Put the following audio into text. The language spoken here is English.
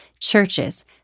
churches